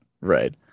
right